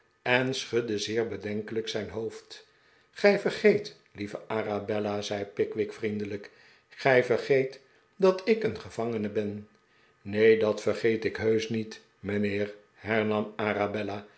en schudde zeer bedenkelijk zijn hoofd gij vergeet lieve arabella zei pickwick vriendelijk gij vergeet dat ik een gevangene ben neen dat vergeet ik heusch niet mijnheer hernam